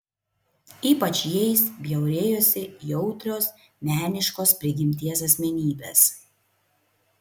ypač jais bjaurėjosi jautrios meniškos prigimties asmenybės